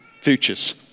futures